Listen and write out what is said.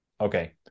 okay